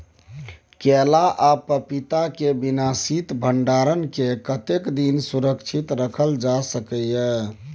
केला आ पपीता के बिना शीत भंडारण के कतेक दिन तक सुरक्षित रखल जा सकै छै?